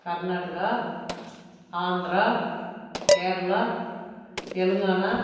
Karnataka Andhra Kerala Telangana